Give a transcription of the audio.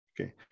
okay